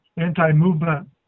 anti-movement